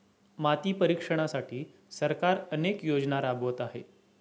माती परीक्षणासाठी सरकार अनेक योजना राबवत आहे